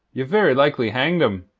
ye've very likely hanged him.